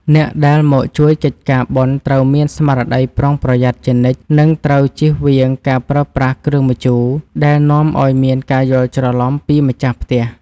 អ្នកដែលមកជួយកិច្ចការបុណ្យត្រូវមានស្មារតីប្រុងប្រយ័ត្នជានិច្ច និងត្រូវជៀសវាងការប្រើប្រាស់គ្រឿងម្ជូរដែលនាំឱ្យមានការយល់ច្រឡំពីម្ចាស់ផ្ទះ។